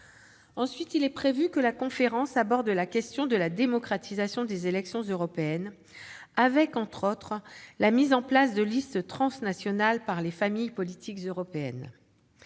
Ensuite, il est prévu que la conférence aborde la question de la démocratisation des élections européennes, au travers notamment de la mise en place de listes transnationales par les familles politiques européennes.